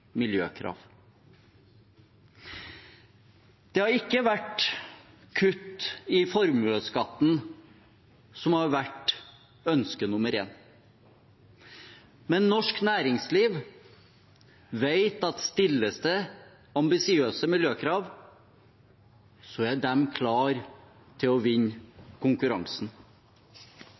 har ikke vært kutt i formuesskatten som har vært ønske nr. én. Norsk næringsliv vet at stilles det ambisiøse miljøkrav, er de klare til å vinne konkurransen.